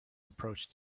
approached